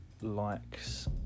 likes